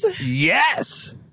yes